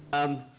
um.